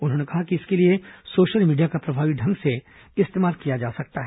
उन्होंने कहा कि इसके लिए सोशल मीडिया का प्रभावी ढंग से इस्तेमाल किया जा सकता है